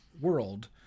world